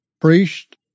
priest